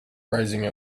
rising